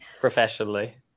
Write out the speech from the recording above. Professionally